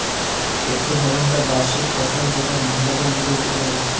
একটো ধরণকার বার্ষিক ফসল যেটা মহিলাদের লিগে উপকারী